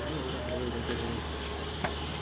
सिंचाई के लिए कौन कौन से औजार की जरूरत है?